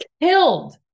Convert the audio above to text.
killed